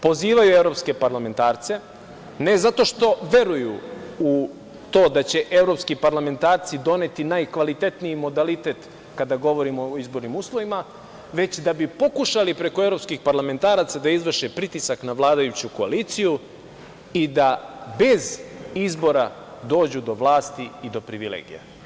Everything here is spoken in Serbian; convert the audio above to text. Pozivaju evropske parlamentarce, ne zato što veruju u to da će evropski parlamentarci doneti najkvalitetniji modalitet kada govorimo o izbornim uslovima, već da bi pokušali preko evropskih parlamentaraca da izvrše pritisak na vladajuću koaliciju i da bez izbora dođu do vlasti i privilegija.